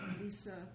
Lisa